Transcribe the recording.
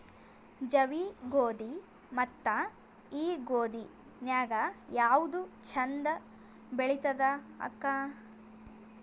ಜವಿ ಗೋಧಿ ಮತ್ತ ಈ ಗೋಧಿ ನ್ಯಾಗ ಯಾವ್ದು ಛಂದ ಬೆಳಿತದ ಅಕ್ಕಾ?